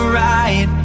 right